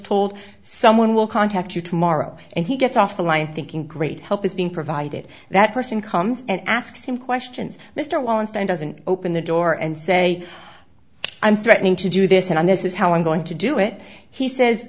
told someone will contact you tomorrow and he gets off the line thinking great help is being provided that person comes and asks him questions mr wallenstein doesn't open the door and say i'm threatening to do this and on this is how i'm going to do it he says